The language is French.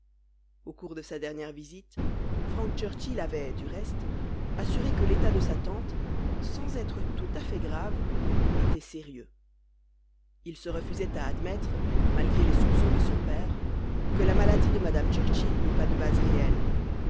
au cours de sa dernière visite frank churchill avait du reste assuré que l'état de sa tante sans être tout à fait grave était sérieux il se refusait à admettre malgré les soupçons de son père que la maladie de mme churchill n'eût pas de base réelle